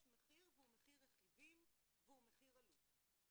יש מחיר והוא מחיר רכיבים והוא מחיר עלות.